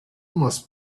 must